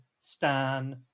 Stan